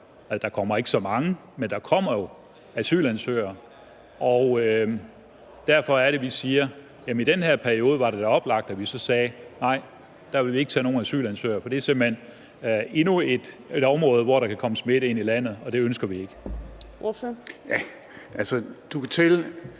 Der kommer ikke så mange, men der kommer asylansøgere. Derfor er det, vi siger, at det i den her periode da er oplagt at sige: Nej, der vil vi ikke tage nogen asylansøgere, for det er simpelt hen endnu en kilde til at bringe smitte ind i landet, og det ønsker vi ikke. Kl.